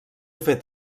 fet